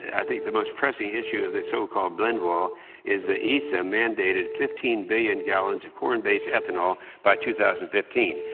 i think the most pressing issue of the so-called blend wall is the e s a mandated fifteen billion gallons of corn-based ethanol by two thousand and fifteen,